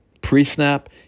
pre-snap